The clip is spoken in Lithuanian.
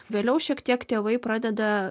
vėliau šiek tiek tėvai pradeda